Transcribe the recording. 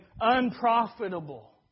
unprofitable